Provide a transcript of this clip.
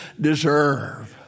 deserve